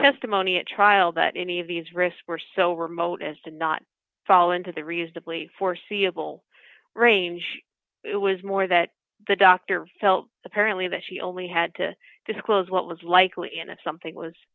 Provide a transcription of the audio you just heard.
testimony at trial that any of these risk were so remote as to not fall into the reasonably foreseeable range it was more that the doctor felt apparently that he only had to disclose what was likely and if something was